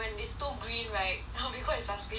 green right I'll be quite suspicious like